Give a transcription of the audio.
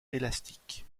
élastique